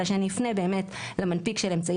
אלא שאני אפנה באמת למנפיק של אמצעי